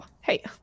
hey